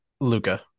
Luca